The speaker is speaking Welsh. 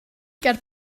ger